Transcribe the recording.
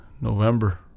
November